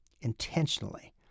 Intentionally